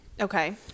Okay